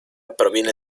proviene